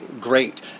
great